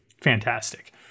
fantastic